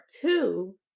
two